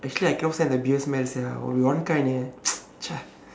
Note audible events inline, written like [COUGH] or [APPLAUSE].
actually I cannot send the beer smell sia will be one kind eh [NOISE] !chey!